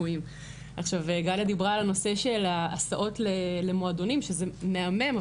גליה דיברה על הנושא להסעות למועדונים שזה מהמם,